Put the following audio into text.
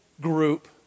group